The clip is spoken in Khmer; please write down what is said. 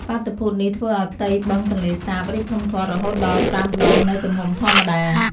បាតុភូតនេះធ្វើឱ្យផ្ទៃបឹងទន្លេសាបរីកធំធាត់រហូតដល់ប្រាំដងនៃទំហំធម្មតា។